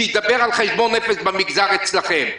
שידבר על חשבון נפש במגזר אצלכם.